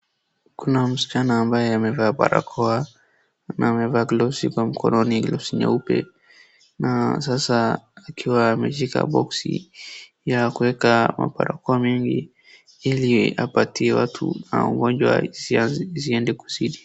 Kuna msichana ambaye amevaa barakoa na amevaa gloves kwa mkononi gloves nyeupe na sasa akiwa ameshika boksi ya kueka barakoa mingi ili apatie watu na ugonjwa isiende kuzidi.